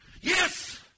Yes